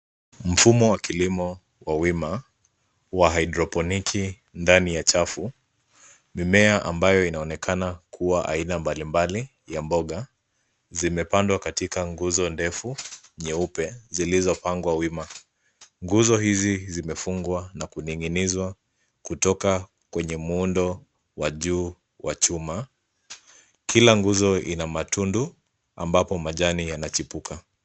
Mfumo wa kilimo wa wima wa hidroponiki ndani ya chafu, mimea ambayo inaonekana kuwa aidha mbalimbali ya mboga zimepandwa katika nguzo ndefu nyeupe zilizopangwa wima. Nguzo hizi zimefungwa na kuning'inizw kutoka kwenye muundo wa juu wa chuma. Kila nguzo ina matundu ambapo majani yanachipuka.